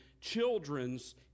children's